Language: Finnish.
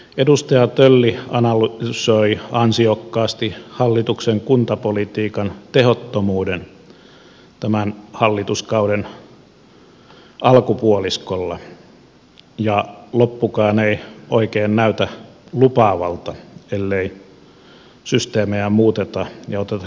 edustaja tölli analysoi ansiokkaasti hallituksen kuntapolitiikan tehottomuuden tämän hallituskauden alkupuoliskolla ja loppukaan ei oikein näytä lupaavalta ellei systeemejä muuteta ja oteta kuntalaistakin huomioon